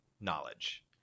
knowledge